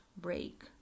break